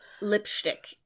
lipstick